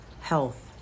health